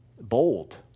Bold